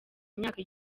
imyaka